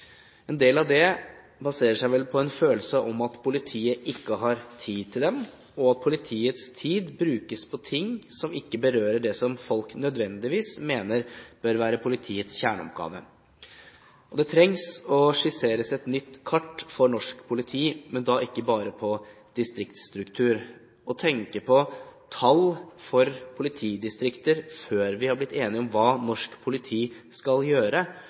En del av dette baserer seg vel på en følelse av at politiet ikke har tid til dem, og at politiets tid brukes på ting som ikke berører det som folk nødvendigvis mener bør være politiets kjerneoppgave. Det trengs å skisseres et nytt kart for norsk politi, men da ikke bare på distriktsstruktur. Å tenke på tall for politidistrikter før vi har blitt enige om hva norsk politi skal gjøre,